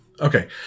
Okay